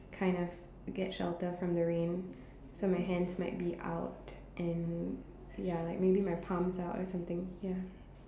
kind of get shelter from the rain so my hands might be out and ya like maybe my palms out or something ya